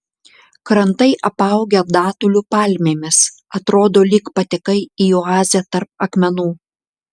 krantai apaugę datulių palmėmis atrodo lyg patekai į oazę tarp akmenų